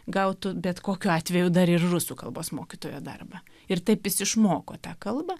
gautų bet kokiu atveju dar ir rusų kalbos mokytojo darbą ir taip jis išmoko tą kalbą